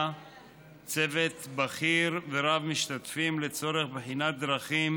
צוות בכיר ורב-משתתפים לצורך בחינת דרכים